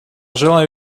желаю